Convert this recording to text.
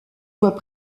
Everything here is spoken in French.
voie